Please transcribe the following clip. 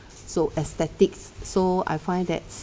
so aesthetics so I find that